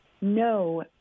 no